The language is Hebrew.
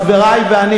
חברי ואני,